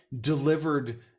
delivered